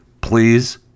please